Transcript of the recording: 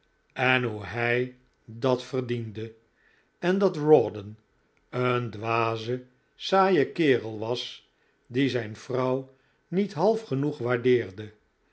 en hoe hij dat verdiende en dat rawdon een dwaze saaie kerel was die zijn vrouw niet half genoeg waardeerde